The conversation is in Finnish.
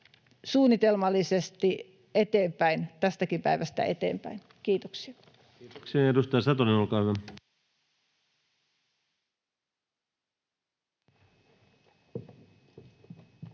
suunnitelmallisesti tästäkin päivästä eteenpäin. — Kiitoksia. Kiitoksia. — Ja edustaja Satonen, olkaa hyvä. Arvoisa